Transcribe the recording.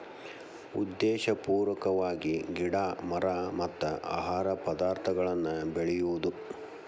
ಉದ್ದೇಶಪೂರ್ವಕವಾಗಿ ಗಿಡಾ ಮರಾ ಮತ್ತ ಆಹಾರ ಪದಾರ್ಥಗಳನ್ನ ಬೆಳಿಯುದು